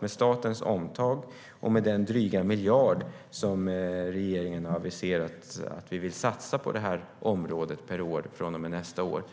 Med statens omtag och med den dryga miljard per år som regeringen har aviserat att vi vill satsa på det här området från och med nästa år hoppas